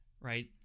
right